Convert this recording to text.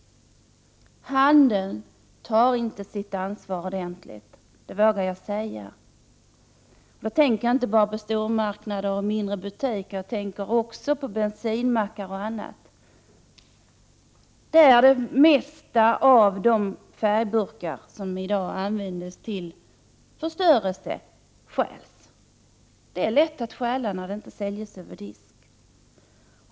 Jag vågar säga att handeln inte tar ett ordentligt ansvar. Jag tänker då inte bara på stormarknader och mindre butiker, utan också på bensinmackar Prot. 1988/89:91 m.m. Det är där man stjäl de flesta färgburkar som i dag används till 6 april 1989 förstörelse. Det är lätt att stjäla när burkarna inte säljs över disk.